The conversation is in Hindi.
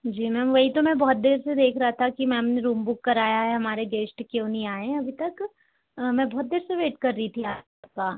जी मैम वही तो मैं बहुत देर से देख रहा था कि मैम ने रूम बुक कराया है हमारे गेस्ट क्यों नहीं आए अभी तक मैं बहुत देर से वेट कर रही थी आपका